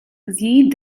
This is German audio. sie